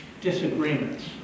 disagreements